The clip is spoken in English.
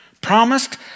promised